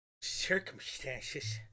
Circumstances